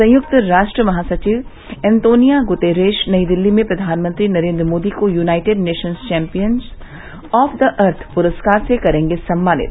संयुक्त राष्ट्र महासचिव एंतोनिया गुतेरेश नई दिल्ली में फ्र्वानमंत्री नरेन्द्र मोदी को United Nations Champions of the Earth पुरस्कार से करेंगे सम्मानित